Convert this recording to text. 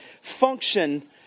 function